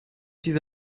diese